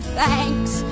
thanks